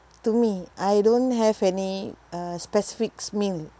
to me I don't have any uh specifics meal